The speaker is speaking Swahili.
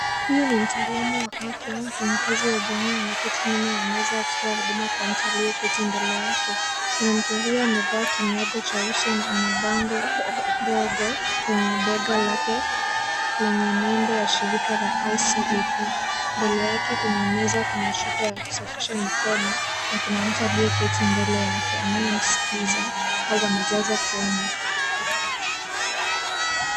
Huyu ni mtaalamu wa afya au mfanyakazi wa jamii. Ameketi nyuma ya meza akitoa huduma kwa mtu aliye keti mbele yake. Mwanamke huyo amevaa kinyago cha uso na ana bango ndogo kwenye bega lake lenye nembo ya shirika la ICEP. Mbele yake kwenye meza kuna chupa ya kusafisha mikono na kuna mtu aliyeketi mbele yake anayemsikiza au anajaza fomu.